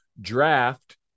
draft